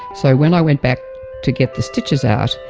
so when i went back to get the stitches out,